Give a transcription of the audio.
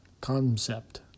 Concept